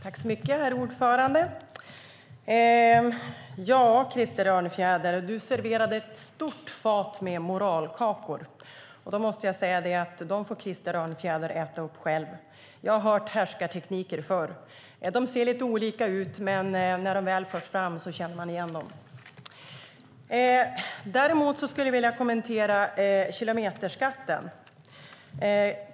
Herr talman! Krister Örnfjäder serverade ett stort fat med moralkakor. Då måste jag säga att de får Krister Örnfjäder själv äta upp. Jag har hört härskartekniker förr. De ser lite olika ut, men när de väl förs fram känner man igen dem. Jag skulle vilja kommentera kilometerskatten.